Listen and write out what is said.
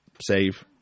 save